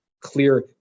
Clear